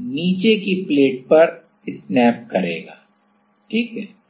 नीचे की प्लेट पर स्नैप करेगा ठीक है